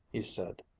he said,